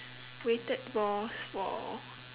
weighted balls for